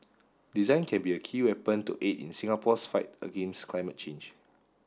design can be a key weapon to aid in Singapore's fight against climate change